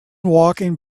walking